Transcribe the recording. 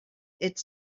its